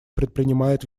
предпринимает